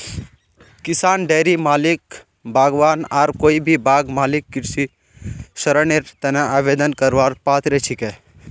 किसान, डेयरी मालिक, बागवान आर कोई भी बाग मालिक कृषि ऋनेर तने आवेदन करवार पात्र छिके